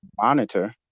Monitor